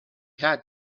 had